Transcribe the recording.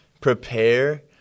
prepare